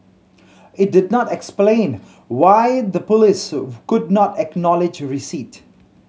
it did not explain why the police could not acknowledge receipt